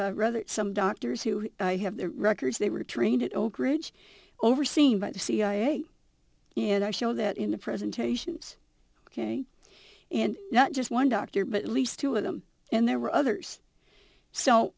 dr rather some doctors who have their records they were trained at oakridge overseen by the cia and i show that in the presentations ok and not just one doctor but at least two of them and there were others so